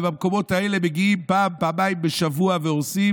ובמקומות האלה מגיעים פעם-פעמיים בשבוע והורסים,